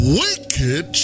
wicked